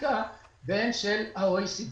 לסטטיסטיקה ואת הנתונים של ה-OECD.